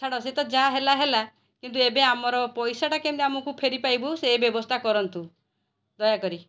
ଛାଡ଼ ସେ ତ ଯା ହେଲା ହେଲା କିନ୍ତୁ ଏବେ ଆମର ପଇସାଟା କେମିତି ଆମକୁ ଫେରିପାଇବୁ ସେ ବ୍ୟବସ୍ଥା କରନ୍ତୁ ଦୟାକରି